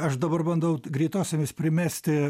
aš dabar bandau greitosiomis primesti